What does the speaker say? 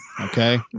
Okay